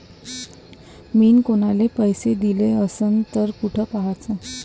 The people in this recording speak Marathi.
मिन कुनाले पैसे दिले असन तर कुठ पाहाचं?